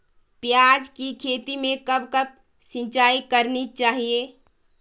प्याज़ की खेती में कब कब सिंचाई करनी चाहिये?